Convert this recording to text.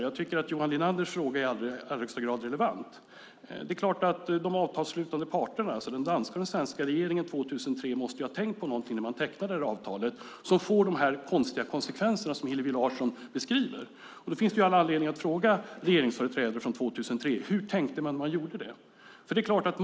Jag tycker att Johan Linanders fråga är i allra högsta grad relevant. Det är klart att de avtalsslutande parterna - den danska och den svenska regeringen - 2003 måste ha tänkt på någonting när de tecknade det avtal som får de konstiga konsekvenser som Hillevi Larsson beskriver. Det finns all anledning att fråga regeringsföreträdare från 2003 hur man tänkte när man gjorde det.